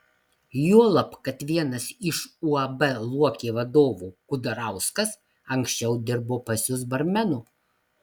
juolab kad vienas iš uab luokė vadovų kudarauskas anksčiau dirbo pas jus barmenu